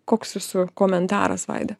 koks jūsų komentaras vaida